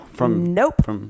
Nope